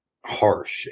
harsh